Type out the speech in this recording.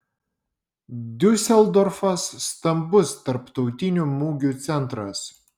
diuseldorfas stambus tarptautinių mugių centras